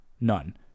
None